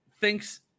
thinks